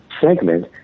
segment